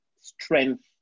strength